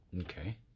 Okay